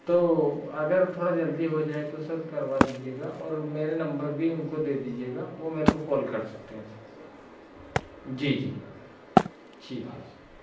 तो अगर थोड़ा जल्दी हो जाए तो सर करवा दीजिएगा और मेरा नम्बर भी उनको दे दीजिएगा वो मेरे को काल कर सकते हैं जी जी जी जी जी